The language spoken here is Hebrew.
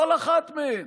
כל אחת מהן,